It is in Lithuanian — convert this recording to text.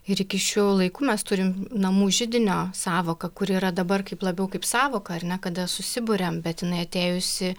ir iki šių laikų mes turim namų židinio sąvoka kuri yra dabar kaip labiau kaip sąvoka ar ne kada susiburiam bet jinai atėjusi